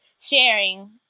sharing